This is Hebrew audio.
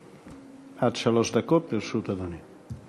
עד שלוש דקות לרשות אדוני.